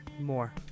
More